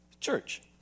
church